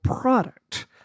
product